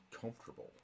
comfortable